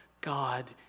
God